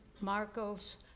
Marcos